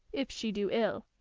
if she do ill.